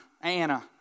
Anna